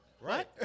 Right